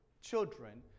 children